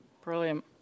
Brilliant